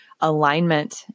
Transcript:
alignment